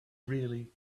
really